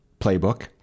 playbook